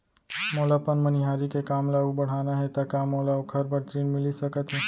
मोला अपन मनिहारी के काम ला अऊ बढ़ाना हे त का मोला ओखर बर ऋण मिलिस सकत हे?